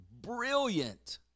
brilliant